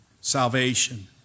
salvation